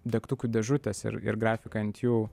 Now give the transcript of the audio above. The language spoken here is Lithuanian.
degtukų dėžutės ir ir grafika ant jų